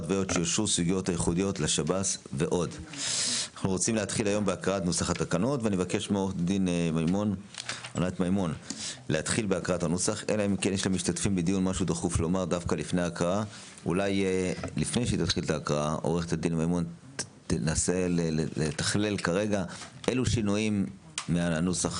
2023. אנו ממשיכים היום בדיון שני בעניין